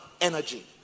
energy